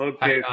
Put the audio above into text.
Okay